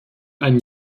ein